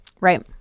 Right